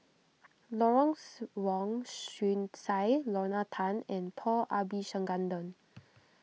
Lawrence Wong Shyun Tsai Lorna Tan and Paul Abisheganaden